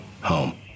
home